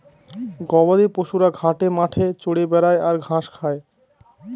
গবাদি পশুরা ঘাটে মাঠে চরে বেড়ায় আর ঘাস খায়